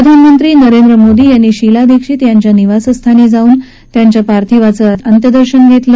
प्रधानमंत्री नरेंद्र मोदी यांनी शीला दीक्षित यांच्या निवासस्थानी जाऊन पार्थिवाचं अंत्यदर्शन घेतलं